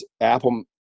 Apple